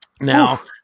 Now